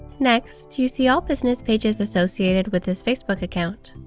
next you see all business pages associated with this facebook account.